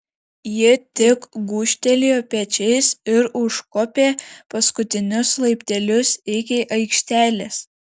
ji tik gūžtelėjo pečiais ir užkopė paskutinius laiptelius iki aikštelės